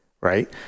right